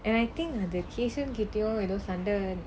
and I think uh அது:athu cousin ன் கிட்டயும் எதோ சண்டை:in kitayum etho sandai